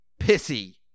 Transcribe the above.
pissy